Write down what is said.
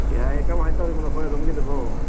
ꯌꯥꯏ ꯀꯃꯥꯏꯅ ꯇꯧꯔꯤꯕꯅꯣ ꯅꯈꯣꯏ ꯑꯗꯣꯝꯒꯤꯗꯨꯕꯣ